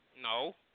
No